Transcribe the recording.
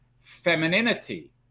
femininity